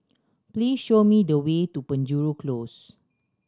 please show me the way to Penjuru Close